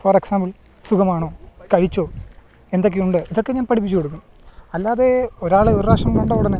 four example സുഖമാണോ കഴിച്ചോ എന്തൊക്കെയുണ്ട് ഇതൊക്കെ ഞാന് പഠിപ്പിച്ച് കൊടുക്കും അല്ലാതേ ഒരാളെ ഒരു പ്രാവശ്യം കണ്ട ഉടനെ